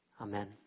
Amen